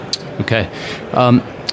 Okay